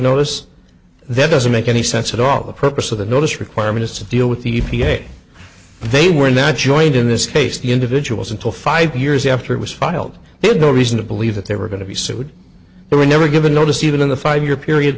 notice that doesn't make any sense at all the purpose of the notice requirement is to deal with the e p a they were not joined in this case the individuals until five years after it was filed they had no reason to believe that they were going to be sued they were never given notice even in the five year period